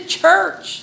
church